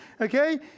okay